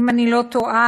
אם אני לא טועה,